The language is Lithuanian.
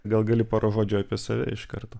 gal gali porą žodžių apie save iš karto